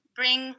bring